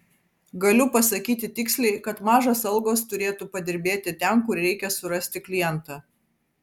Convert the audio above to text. galiu pasakyti tiksliai kad mažos algos turėtų padirbėti ten kur reikia surasti klientą